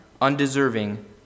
undeserving